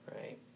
right